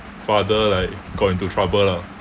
father like got into trouble lah